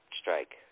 strike